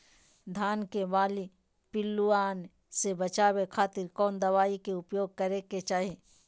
धान के बाली पिल्लूआन से बचावे खातिर कौन दवाई के उपयोग करे के चाही?